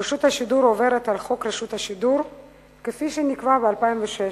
רשות השידור עוברת על חוק רשות השידור כפי שנקבע ב-2006.